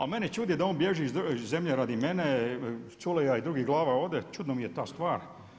Ali mene čudi da on bježi iz zemlje radi mene, Culej i drugih glava ovdje, čudna mi je ta stvar.